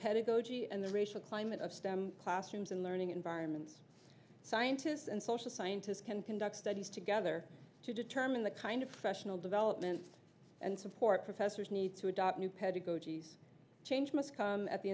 pedagogy and the racial climate of stem classrooms and learning environments scientists and social scientists can conduct studies together to determine the kind of professional development and support professors need to adopt new pedagogy change must come at the